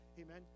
Amen